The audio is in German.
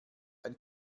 ein